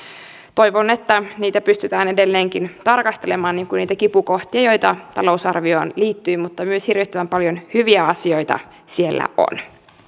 toivon että pystytään edelleenkin tarkastelemaan niitä kipukohtia joita talousarvioon liittyy mutta myös hyviä asioita siellä on hirvittävän paljon